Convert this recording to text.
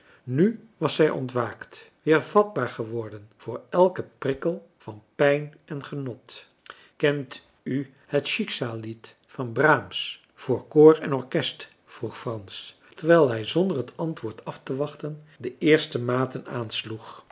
nu was zij ontwaakt weer vatbaar geworden voor elken prikkel van pijn en genot kent u het schicksalslied van brahms voor koor en orkest vroeg frans terwijl hij zonder het antwoord aftewachten de eerste maten aansloeg